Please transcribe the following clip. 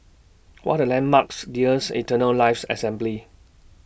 What Are The landmarks nears Eternal Life Assembly